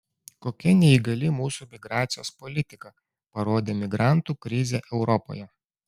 kokia neįgali mūsų migracijos politika parodė migrantų krizė europoje